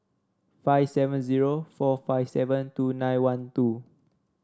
five seven zero four five seven two nine one two